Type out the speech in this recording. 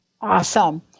Awesome